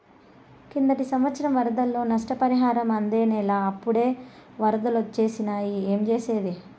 కిందటి సంవత్సరం వరదల్లో నష్టపరిహారం అందనేలా, అప్పుడే ఒరదలొచ్చేసినాయి ఏంజేసేది